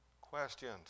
questions